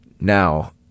Now